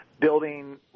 building